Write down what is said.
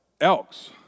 Elks